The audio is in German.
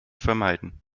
vermeiden